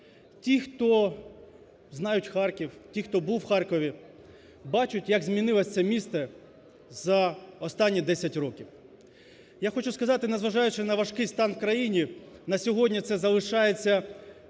Ті, хто знають Харків, ті, хто був у Харкові, бачать, як змінилося це місто за останні десять років. Я хочу сказати, не зважаючи на важкий стан у країні, на сьогодні це залишається